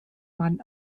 man